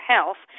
Health